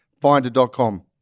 finder.com